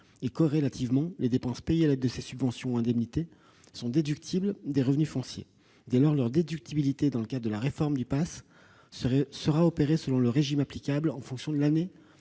et, corrélativement, les dépenses payées à l'aide de ces subventions ou indemnités sont déductibles des revenus fonciers. Dès lors, leur déductibilité dans le cadre de la réforme du prélèvement à la source sera opérée selon le régime applicable en fonction de l'année